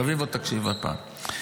רביבו, תקשיב עוד פעם.